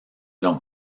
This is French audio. l’on